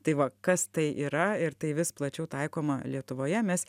tai va kas tai yra ir tai vis plačiau taikoma lietuvoje mes